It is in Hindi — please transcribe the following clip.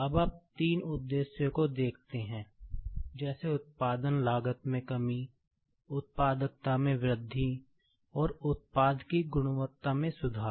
अब आप तीन उद्देश्यों को देखते हैं जैसे उत्पादन लागत में कमी उत्पादकता में वृद्धि और उत्पाद की गुणवत्ता में सुधार